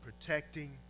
protecting